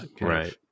right